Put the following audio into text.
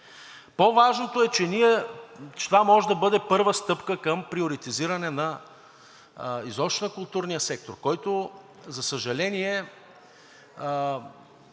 бизнесмени, че това може да бъде първа стъпка към приоритизиране изобщо на културния сектор, който, за съжаление,